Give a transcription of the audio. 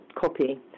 copy